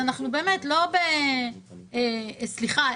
סליחה,